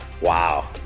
Wow